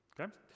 Okay